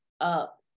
up